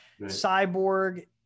Cyborg